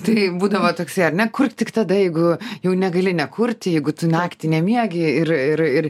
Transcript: tai būdavo toksai ar ne kurk tik tada jeigu jau negali nekurti jeigu tu naktį nemiegi ir ir ir